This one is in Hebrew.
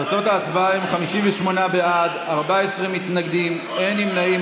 תוצאות ההצבעה הן 58 בעד, 14 מתנגדים, אין נמנעים.